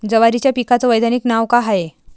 जवारीच्या पिकाचं वैधानिक नाव का हाये?